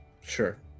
sure